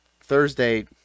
Thursday